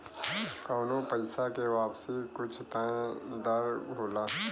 कउनो पइसा के वापसी के कुछ तय दर होला